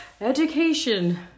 education